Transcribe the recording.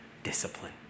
discipline